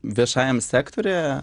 viešajam sektoriuje